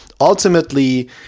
ultimately